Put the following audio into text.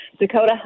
dakota